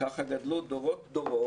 ככה גדלו דורות-דורות